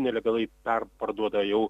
nelegalai perparduoda jau